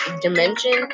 dimension